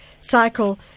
cycle